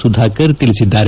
ಸುಧಾಕರ್ ತಿಳಿಸಿದ್ದಾರೆ